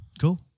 Cool